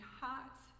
hot